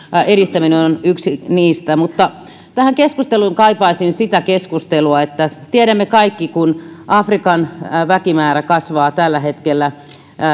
edistäminen on siinä yksi keino mutta tähän keskusteluun kaipaisin keskustelua siitä minkä tiedämme kaikki että afrikan väkimäärä kasvaa tällä hetkellä